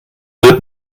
wird